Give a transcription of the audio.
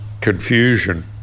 confusion